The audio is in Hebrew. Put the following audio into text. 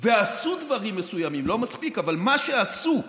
ועשו דברים מסוימים, לא מספיק, אבל מה שעשו,